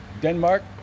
Denmark